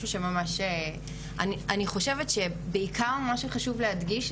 אני חושבת שמה שבעיקר חשוב להדגיש,